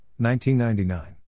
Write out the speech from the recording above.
1999